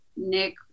Nick